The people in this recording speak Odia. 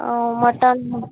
ଆଉ ମଟନ୍